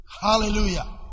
hallelujah